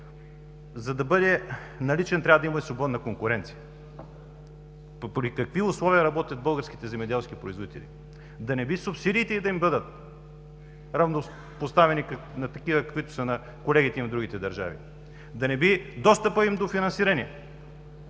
за да бъден наличен, трябва да има и свободна конкуренция. При какви условия работят българските земеделски производители? Да не би субсидиите им да са равнопоставени, да са такива, каквито са на колегите им в другите държави? Да не би достъпът им до финансиране